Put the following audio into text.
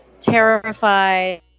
terrified